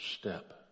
step